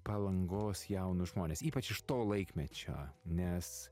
palangos jaunus žmones ypač iš to laikmečio nes